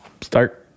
start